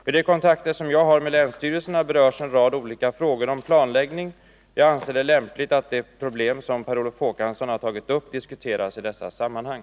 Vid de kontakter som jag har med länsstyrelserna berörs en rad olika frågor om planläggning. Jag anser det lämpligt att det problem som Per Olof Håkansson har tagit upp diskuteras i dessa sammanhang.